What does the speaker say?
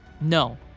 No